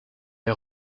est